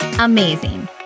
amazing